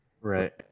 Right